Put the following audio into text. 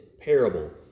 parable